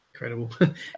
Incredible